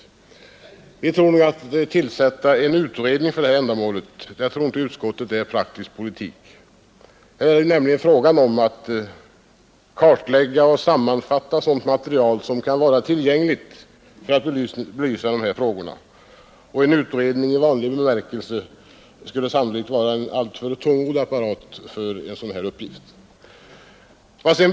Utskottet tror inte att det är praktisk politik att tillsätta en utredning för detta ändamål. Det är nämligen fråga om att kartlägga och sammanställa sådant material som kan vara tillgängligt för att belysa frågorna, och en utredning i vanlig bemärkelse skulle sannolikt vara en alltför tungrodd apparat för den uppgiften.